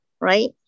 right